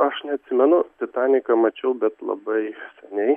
aš neatsimenu titaniką mačiau bet labai seniai